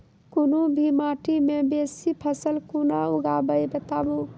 कूनू भी माटि मे बेसी फसल कूना उगैबै, बताबू?